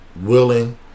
willing